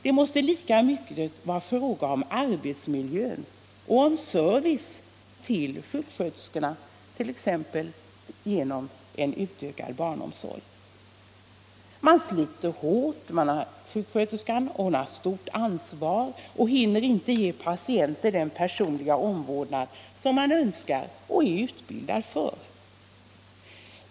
Det måste lika mycket vara fråga om arbetsmiljön och om service till sjuksköterskorna, t.ex. genom en ökad barnomsorg. Sjuksköterskan sliter hårt, har stort ansvar och hinner inte ge patienter den personliga omvårdnad som hon önskar ge dem och är utbildad för.